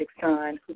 son